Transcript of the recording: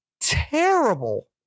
terrible